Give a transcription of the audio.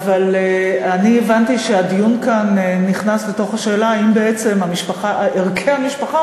אבל אני הבנתי שהדיון כאן נכנס לשאלה אם בעצם ערכי המשפחה,